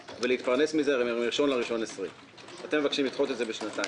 ולהתפרנס מזה מה-1 בינואר 2020. אתם מבקשים לדחות את זה בשנתיים.